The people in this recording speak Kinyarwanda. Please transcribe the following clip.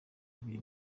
bibiri